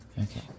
Okay